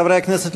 חברי הכנסת,